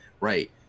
right